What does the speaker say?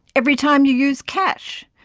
every time you use cash,